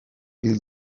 hil